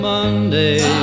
Monday